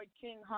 King